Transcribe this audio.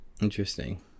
interesting